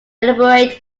elaborate